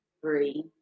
three